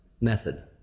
method